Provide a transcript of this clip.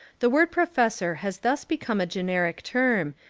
the word professor has thus become a generic term,